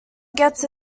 gets